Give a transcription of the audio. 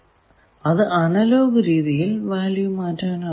അത് ഉപയോഗിച്ച് അനലോഗ് രീതിയിൽ വാല്യൂ മാറ്റാനാകും